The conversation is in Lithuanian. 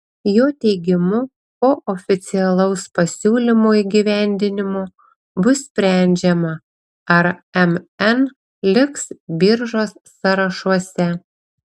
jo teigimu po oficialaus pasiūlymo įgyvendinimo bus sprendžiama ar mn liks biržos sąrašuose